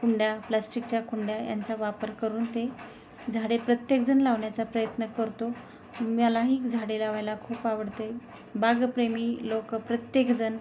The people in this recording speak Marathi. कुंड्या प्लास्टिकच्या कुंड्या यांचा वापर करून ते झाडे प्रत्येकजण लावण्याचा प्रयत्न करतो मलाही झाडे लावायला खूप आवडते बागप्रेमी लोकं प्रत्येकजण